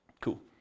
Cool